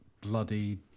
bloody